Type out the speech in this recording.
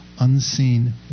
Unseen